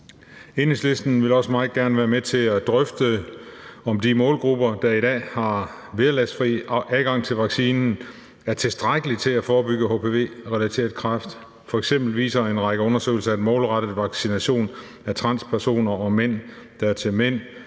Enhedslisten vil også meget gerne være med til at drøfte, om omfanget af de målgrupper, der i dag har vederlagsfri adgang til vaccinen, er tilstrækkeligt til at forebygge hpv-relateret kræft. F.eks. viser en række undersøgelser, at målrettet vaccination af transpersoner og mænd, der er til mænd,